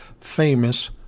famous